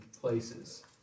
places